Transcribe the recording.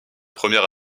première